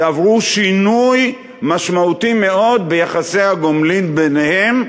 יעברו שינוי משמעותי מאוד ביחסי הגומלין ביניהם,